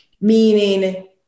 meaning